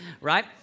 right